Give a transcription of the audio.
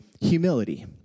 humility